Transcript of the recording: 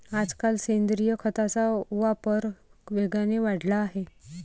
आजकाल सेंद्रिय खताचा वापर वेगाने वाढला आहे